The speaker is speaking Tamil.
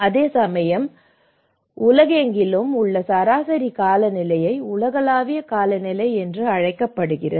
அதேசமயம் உலகெங்கிலும் உள்ள சராசரி காலநிலை உலகளாவிய காலநிலை என்று அழைக்கப்படுகிறது